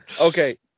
Okay